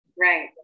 Right